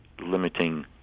limiting